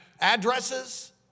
addresses